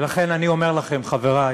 ולכן אני אומר לכם, חברי,